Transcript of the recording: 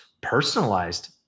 personalized